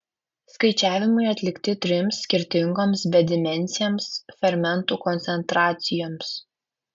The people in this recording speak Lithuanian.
skaičiavimai atlikti trims skirtingoms bedimensėms fermentų koncentracijoms